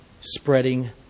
spreading